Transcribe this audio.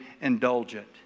indulgent